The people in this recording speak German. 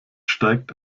steigt